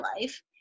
life